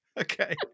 Okay